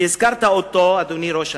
שהזכרת אותו, אדוני ראש הממשלה,